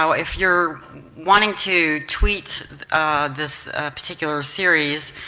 so if you're wanting to tweet this particular series,